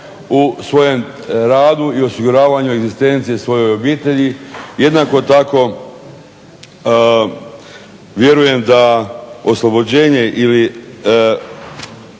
u svojem radu i osiguravanju egzistencije svojoj obitelji. Jednako tako vjerujem da oslobođenje ili